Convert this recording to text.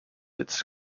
its